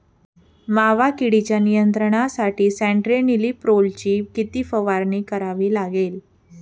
मावा किडीच्या नियंत्रणासाठी स्यान्ट्रेनिलीप्रोलची किती फवारणी करावी लागेल?